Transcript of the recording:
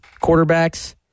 quarterbacks